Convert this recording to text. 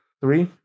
Three